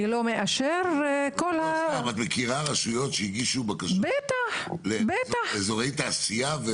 את מכירה בקשות שהגישו בקשות לאזורי תעשייה?